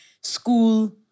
School